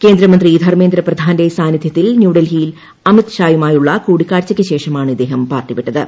കേന്ദ്രമന്ത്രി ധർമ്മേന്ദ്ര പ്രസാദിന്റെ സാന്നിദ്ധൃത്തിൽ ന്യൂഡൽഹിയിൽ അമിത്ഷായുമായുള്ള കൂടിക്കാഴ്ചയ്ക്ക് ശേഷമാണ് ഇവർ പാർട്ടി വിട്ടത്